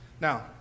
Now